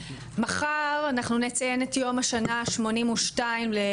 מחר אנחנו נציין את יום השנה ה-82 לפרעות